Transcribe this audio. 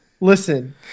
Listen